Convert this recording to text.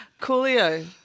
Coolio